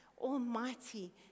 Almighty